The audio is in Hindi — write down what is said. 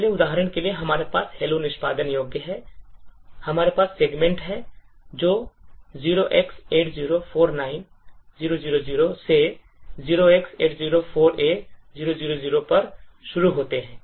इसलिए उदाहरण के लिए हमारे पास hello निष्पादन योग्य है हमारे पास सेगमेंट हैं जो 0x8049000 से 0x804a000 पर शुरू होते हैं